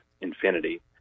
infinity